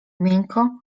miękko